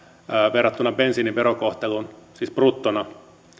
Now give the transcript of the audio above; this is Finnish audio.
verrattuna bensiinin verokohteluun siis bruttona